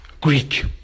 Greek